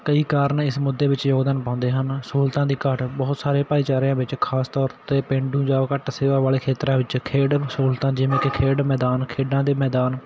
ਕਈ ਕਾਰਨ ਇਸ ਮੁੱਦੇ ਵਿੱਚ ਯੋਗਦਾਨ ਪਾਉਂਦੇ ਹਨ ਸਹੂਲਤਾਂ ਦੀ ਘਾਟ ਬਹੁਤ ਸਾਰੇ ਭਾਈਚਾਰਿਆਂ ਵਿੱਚ ਖਾਸ ਤੌਰ 'ਤੇ ਪੇਂਡੂ ਜਾਂ ਘੱਟ ਸੇਵਾ ਵਾਲੇ ਖੇਤਰਾਂ ਵਿੱਚ ਖੇਡ ਸਹੂਲਤਾਂ ਜਿਵੇਂ ਕਿ ਖੇਡ ਮੈਦਾਨ ਖੇਡਾਂ ਦੇ ਮੈਦਾਨ